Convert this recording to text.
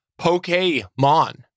pokemon